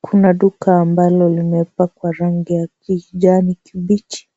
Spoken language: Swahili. Kuna duka ambalo limepakwa rangi ya kijani kibichi